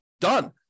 Done